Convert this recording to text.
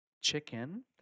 chicken